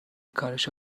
کارش